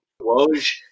Woj